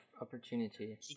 opportunity